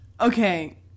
Okay